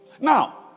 Now